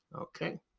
Okay